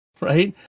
right